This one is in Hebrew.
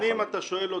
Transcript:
אם אתה שואל אותי,